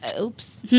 oops